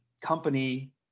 company